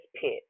pit